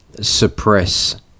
suppress